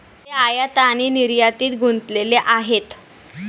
ते आयात आणि निर्यातीत गुंतलेले आहेत